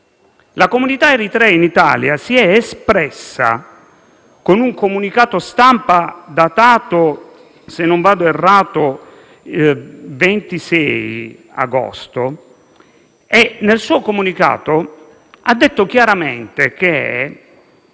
La comunità eritrea in Italia si è espressa con un comunicato stampa - datato, se non vado errato, 26 agosto - nel quale ha detto chiaramente che